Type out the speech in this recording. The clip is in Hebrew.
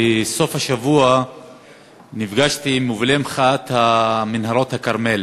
בסוף השבוע נפגשתי עם מובילי מחאת מנהרות הכרמל